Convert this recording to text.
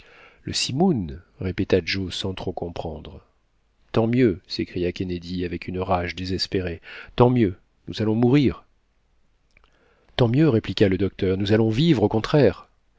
répéta joe sans trop comprendre tant mieux s'écria kennedy avec une rage désespérée tant mieux nous allons mourir tant mieux répliqua le docteur nous allons vivre au contraire